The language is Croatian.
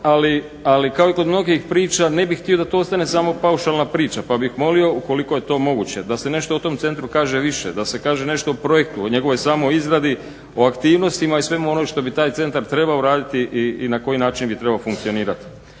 ali kao i kod mnogih priča ne bih htio da to ostane samo paušalna priča pa bih molio ukoliko je to moguće da se nešto o tom centru kaže više, da se kaže nešto o projektu, o njegovoj samo izradi, o aktivnostima i svemu onom što bi taj centar trebao uraditi i na koji način bi trebao funkcionirati.